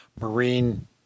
marine